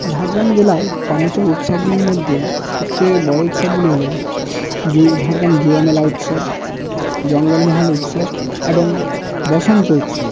ঝাড়গ্রাম জেলায় পালিত উৎসবগুলির মধ্যে সবচেয়ে বড়ো উৎসবগুলি হলো ঝাড়গ্রাম যুব মেলা উৎসব জঙ্গলমহল উৎসব এবং বসন্ত উৎসব